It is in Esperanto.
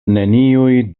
neniuj